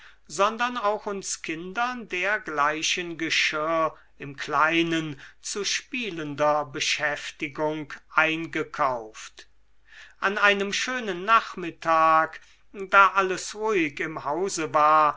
sondern auch uns kindern dergleichen geschirr im kleinen zu spielender beschäftigung eingekauft an einem schönen nachmittag da alles ruhig im hause war